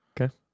Okay